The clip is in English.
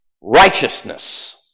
Righteousness